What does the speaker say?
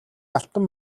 алтан